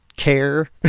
care